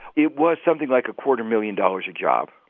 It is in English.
it was something like a quarter-million dollars a job